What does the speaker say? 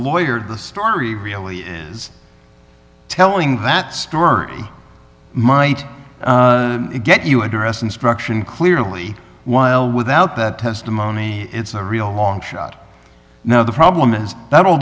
lawyer the story really is telling that story might get you address instruction clearly while without that testimony it's a real long shot no the problem is that all